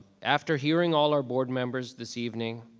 after hearing all our board members this evening,